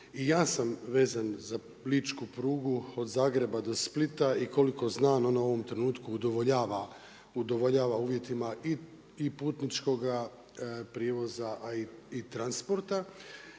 ja sam vezan za ličku prugu od Zagreba do Splita i koliko znam ona u ovom trenutku udovoljava uvjetima i putničkoga prijevoza, a i transporta.